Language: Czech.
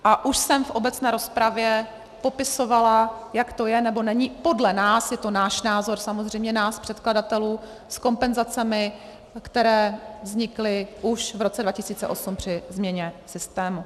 A už jsem v obecné rozpravě popisovala, jak to je nebo není, podle nás, je to náš názor, samozřejmě, nás předkladatelů, s kompenzacemi, které vznikly už v roce 2008 při změně v systému.